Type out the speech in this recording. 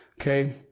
Okay